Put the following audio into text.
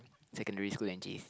secondary school and J_C